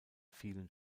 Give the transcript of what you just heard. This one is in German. vielen